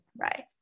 right